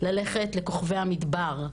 ללכת ל'כוכבי המדבר',